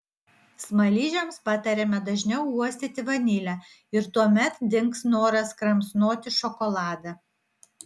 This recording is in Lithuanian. smaližiams patariama dažniau uostyti vanilę ir tuomet dings noras kramsnoti šokoladą